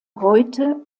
heute